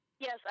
Yes